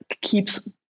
keeps